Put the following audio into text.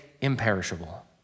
imperishable